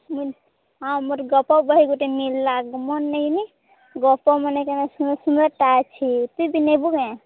ମୁଇଁ ହଁ ମୋର ଗପ ବହି ଗୁଟେ ମିଲ୍ଲା ଗପ ମାନେ କେନ ସୁନ୍ଦର ସୁନ୍ଦର ଟା ଅଛି ତୁଇ ବି ନବୁ କେ